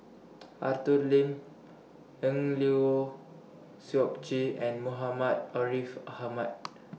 Arthur Lim Eng Lee Seok Chee and Muhammad Ariff Ahmad